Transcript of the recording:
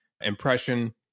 impression